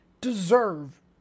deserve